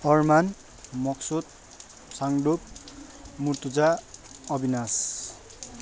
Armaan Maqsood Sangdup Murtuza Avinash